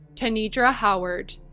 tanedra howard.